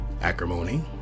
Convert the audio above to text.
Acrimony